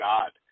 God